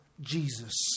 Jesus